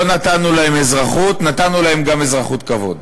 לא נתנו להם אזרחות, נתנו להם גם אזרחות כבוד.